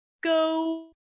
go